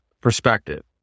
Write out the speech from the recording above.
perspective